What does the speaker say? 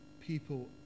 people